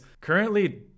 currently